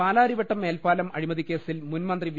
പാലാരിവട്ടം മേൽപ്പാലം അഴിമതിക്കേസിൽ മുൻ മന്ത്രി വി